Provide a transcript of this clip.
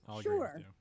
Sure